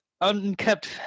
unkept